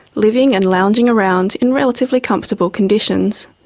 living and lounging around in relatively comfortable conditions.